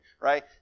Right